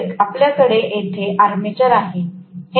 तर आपल्याकडे येथे आर्मेचर आहे